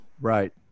right